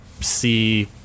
see